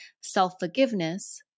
self-forgiveness